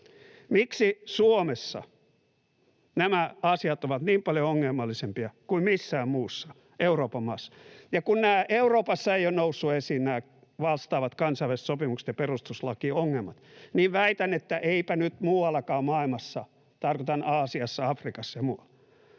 Miksi Suomessa nämä asiat ovat niin paljon ongelmallisempia kuin missään muussa Euroopan maassa? Ja kun Euroopassa eivät ole nousseet esiin nämä vastaavat kansainväliset sopimukset ja perustuslakiongelmat, niin väitän, että eipä nyt muuallakaan maailmassa, tarkoitan Aasiassa, Afrikassa ja muualla.